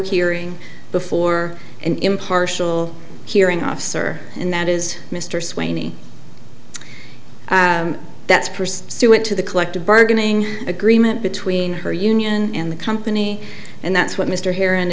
hearing before an impartial hearing officer and that is mr sweeney that's pursuant to the collective bargaining agreement between her union and the company and that's what mr heron